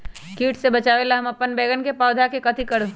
किट से बचावला हम अपन बैंगन के पौधा के कथी करू?